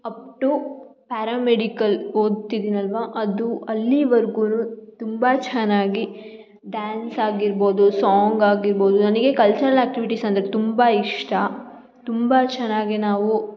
up to paramedical ಓದ್ತಿದ್ದೆನಲ್ವ ಅದು ಅಲ್ಲಿವರ್ಗೂ ತುಂಬ ಚೆನ್ನಾಗಿ ಡ್ಯಾನ್ಸ್ ಆಗಿರ್ಬೋದು ಸಾಂಗ್ ಆಗಿರ್ಬೋದು ನನಗೆ ಕಲ್ಚರಲ್ ಆಕ್ಟಿವಿಟೀಸ್ ಅಂದರೆ ತುಂಬ ಇಷ್ಟ ತುಂಬ ಚೆನ್ನಾಗಿ ನಾವು